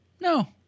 No